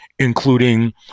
including